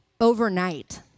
overnight